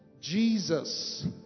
Jesus